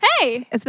Hey